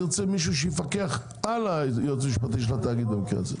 אני רוצה מישהו שיפקח על היועץ המשפטי של התאגיד במקרה הזה.